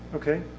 okay.